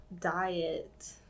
diet